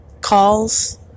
calls